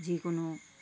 যিকোনো